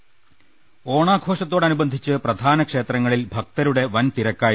ള്ളട്ടിട ഓണാഘോഷത്തോടനുബന്ധിച്ച് പ്രധാന ക്ഷേത്രങ്ങളിൽ ഭക്ത രുടെ വൻതിരക്കായിരുന്നു